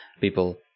people